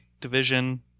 division